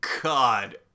God